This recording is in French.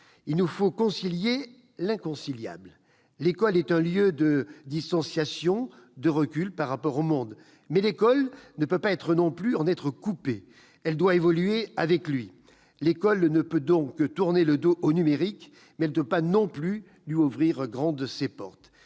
Il nous faut concilier l'inconciliable. L'école est un lieu de distanciation, de recul par rapport au monde, mais elle ne peut pas non plus en être coupée ; elle doit évoluer avec lui. L'école ne peut donc tourner le dos au numérique, mais elle ne peut pas non plus lui ouvrir grandes ses portes.